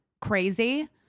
crazy